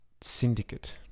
Syndicate